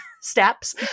steps